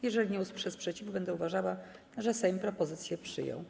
Jeżeli nie usłyszę sprzeciwu, będę uważała, że Sejm propozycję przyjął.